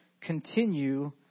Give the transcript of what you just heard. continue